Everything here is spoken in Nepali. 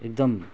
एकदम